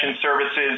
services